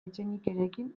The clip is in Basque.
etxenikerekin